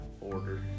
order